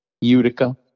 Utica